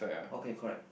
okay correct